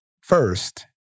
first